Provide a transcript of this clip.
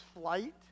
flight